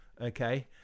okay